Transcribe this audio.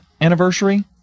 anniversary